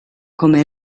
come